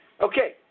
Okay